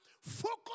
focus